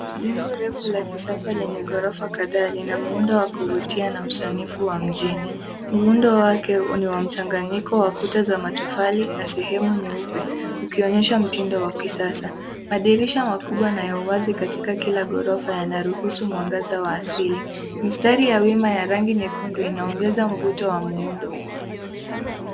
Jengo refu la kisasa lenye ghorofa kadhaa ina muundo wa kuvutia na usanifu wa mjini. Muundo wake ni wa mchanganyiko wa kuta za matofali na sehemu nyeupe ukionyesha mtindo wa kisasa. Madirisha makubwa na ya wazi katika la ghorofa yanaruhusu mwangaza wa asili. Mistari ya wima ya rangi nyekundu inaongeza mvuto wa muundo.